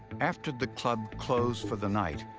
after the club closed for the night,